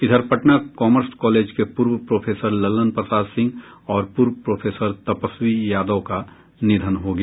इधर Patna commerce college के पूर्व प्रोफेसर ललन प्रसाद सिंह और पूर्व प्रोफेसर तपस्वी यादव का निधन हो गया